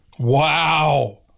Wow